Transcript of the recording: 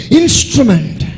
instrument